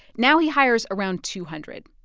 now he hires around two hundred.